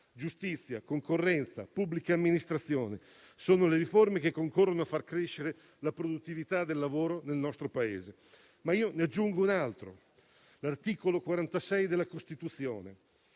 giustizia, concorrenza e pubblica amministrazione sono le riforme che concorrono a far crescere la produttività del lavoro nel nostro Paese. Ne aggiungo un altro. L'articolo 46 della Costituzione